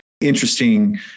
Interesting